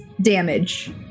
damage